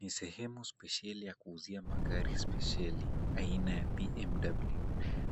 Ni sehemu spesheli ya kuuzia magari spesheli aina ya BMW.